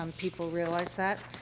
um people realize that.